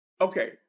Okay